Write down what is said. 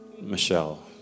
Michelle